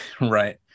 Right